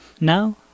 Now